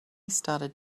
started